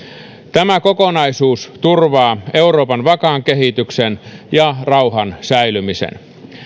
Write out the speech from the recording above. tämä kokonaisuus turvaa euroopan vakaan kehityksen ja rauhan säilymisen